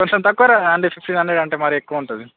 కొంచెం తక్కువ రాదా అండి ఫిఫ్టీన్ హండ్రెడ్ అంటేమరి ఎక్కువ ఉంటుంది